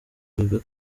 bebe